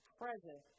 present